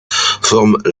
forme